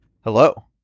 Hello